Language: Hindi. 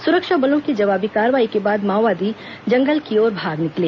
सुरक्षा बलों की जवाबी कार्रवाई के बाद माओवादी जंगल की ओर भाग निकले